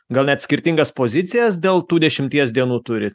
gal net skirtingas pozicijas dėl tų dešimties dienų turi